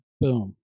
boom